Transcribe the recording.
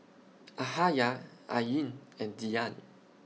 Yahaya Ain and Dian